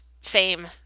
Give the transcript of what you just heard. fame